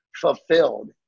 fulfilled